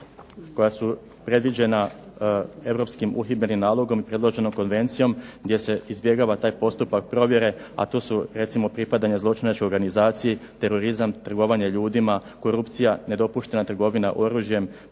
koja su predviđena europskim uhidbenim nalogom i predloženom konvencijom, gdje se izbjegava taj postupak provjere, a to su recimo pripadanje zločinačkoj organizaciji, terorizam, trgovanje ljudima, korupcija, nedopuštena trgovina oružjem,